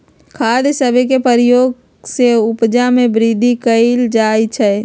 खाद सभके प्रयोग से उपजा में वृद्धि कएल जाइ छइ